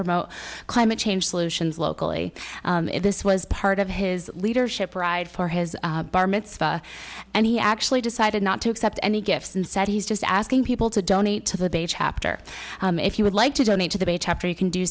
promote climate change solutions locally this was part of his leadership pride for his bar mitzvah and he actually decided not to accept any gifts and said he's just asking people to donate to the bay chapter if you would like to donate to the bay chapter you can do